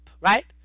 Right